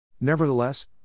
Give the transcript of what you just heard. Nevertheless